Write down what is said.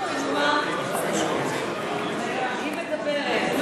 מי מדברת?